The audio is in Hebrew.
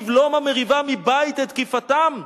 תבלום המריבה את תקיפתם.